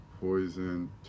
Poison